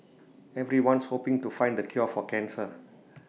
everyone's hoping to find the cure for cancer